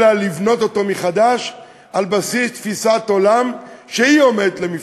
אלא לבנות אותו מחדש על בסיס תפיסת עולם שעומדת למבחן,